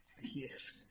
Yes